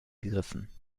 gerissen